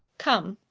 come,